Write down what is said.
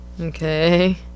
Okay